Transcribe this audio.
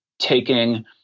taking